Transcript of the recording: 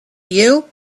you